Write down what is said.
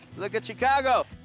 look at chicago.